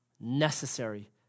necessary